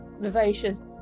vivacious